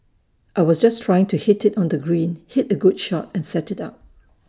I was just trying to hit IT on the green hit A good shot and set IT up